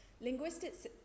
Linguistics